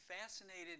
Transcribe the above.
fascinated